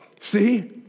See